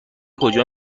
کجا